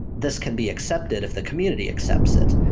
this can be accepted if the community accepts it.